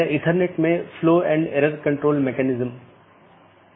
तीसरा वैकल्पिक सकर्मक है जो कि हर BGP कार्यान्वयन के लिए आवश्यक नहीं है